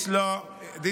זה לא לחבל, שמחה.